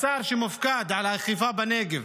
השר שמופקד על האכיפה בנגב,